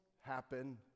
happen